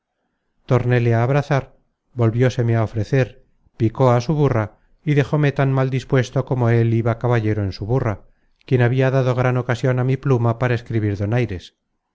tornéle á abrazar volvióseme á ofrecer picó á su burra y dejóme tan mal dispuesto como él iba caballero en su burra quien habia dado gran ocasion á mi pluma para escribir donaires